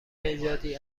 نژادی